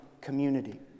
community